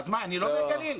אני לא מהגליל?